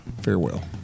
Farewell